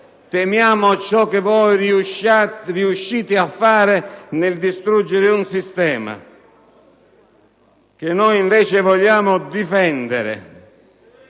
Temiamo quello che potete riuscire a fare nel distruggere un sistema che noi invece vogliamo difendere.